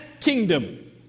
kingdom